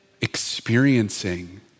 experiencing